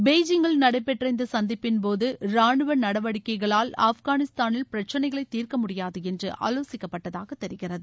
பெய்ஜிங்கில் நடைபெற்ற இந்த சந்திப்பின் போது ராணுவ நடவடிக்கைகளால் ஆப்காவிஸ்தானில் பிரச்சனைகளை தீர்க்கமுடியாது என்று ஆலோசிக்கப்பட்டதாக தெரிகிறது